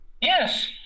yes